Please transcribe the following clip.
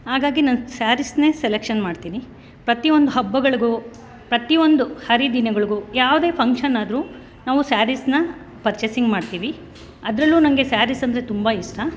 ಹಾಗಾಗಿ ನಾನು ಸ್ಯಾರೀಸ್ನೇ ಸೆಲೆಕ್ಷನ್ ಮಾಡ್ತೀನಿ ಪ್ರತಿ ಒಂದು ಹಬ್ಬಗಳಿಗೂ ಪ್ರತಿ ಒಂದು ಹರಿದಿನಗಳಿಗೂ ಯಾವುದೇ ಫಂಕ್ಷನ್ನಾದರೂ ನಾವು ಸ್ಯಾರೀಸ್ನ ಪರ್ಚೇಸಿಂಗ್ ಮಾಡ್ತೀವಿ ಅದರಲ್ಲೂ ನನಗೆ ಸ್ಯಾರೀಸಂದ್ರೆ ತುಂಬ ಇಷ್ಟ